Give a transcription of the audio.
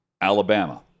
Alabama